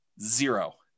Zero